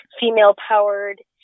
female-powered